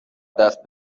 دست